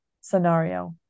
scenario